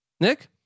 Nick